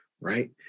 Right